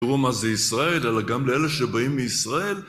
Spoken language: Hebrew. תראו מה זה ישראל, אבל גם לאלה שבאים מישראל